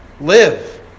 live